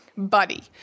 Buddy